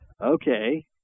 okay